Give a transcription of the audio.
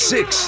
Six